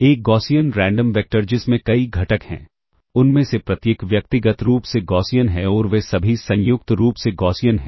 एक Gaussian random vector जिसमें कई घटक हैं उनमें से प्रत्येक व्यक्तिगत रूप से गॉसियन है और वे सभी संयुक्त रूप से गॉसियन हैं